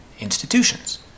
institutions